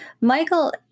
michael